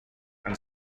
and